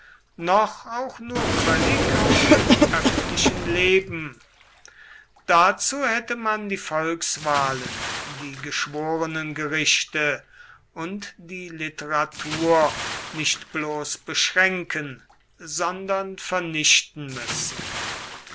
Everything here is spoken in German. noch auch nur völlig aus dem öffentlichen leben dazu hätte man die volkswahlen die geschworenengerichte und die literatur nicht bloß beschränken sondern vernichten müssen